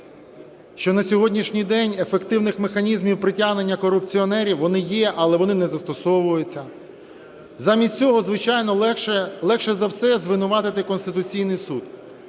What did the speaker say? що на сьогоднішній день ефективні механізми притягнення корупціонерів, вони є, але вони не застосовуються. Замість цього, звичайно, легше за все звинуватити Конституційний Суд.